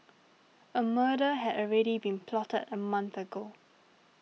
a murder had already been plotted a month ago